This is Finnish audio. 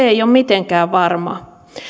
ei ole mitenkään varma